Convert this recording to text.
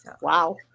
Wow